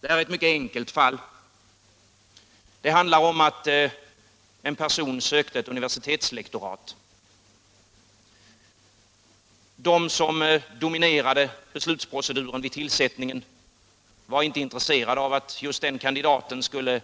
Det här är ett mycket enkelt fall. Det handlar om att en person sökte ett universitetslektorat. De som dominerade beslutsproceduren vid tillsättningen var inte intresserade av att just den kandidaten skulle